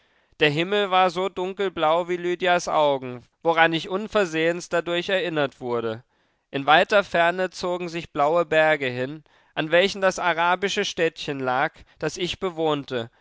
der himmel war so dunkelblau wie lydias augen woran ich unversehens dadurch erinnert wurde in weiter ferne zogen sich blaue berge hin an welchen das arabische städtchen lag das ich bewohnte